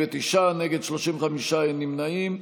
49, נגד, 35, אין נמנעים.